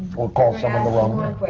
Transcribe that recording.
or call someone the wrong.